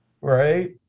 Right